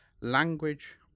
language